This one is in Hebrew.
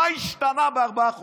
מה השתנה בארבעה חודשים?